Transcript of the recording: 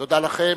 תודה לכם,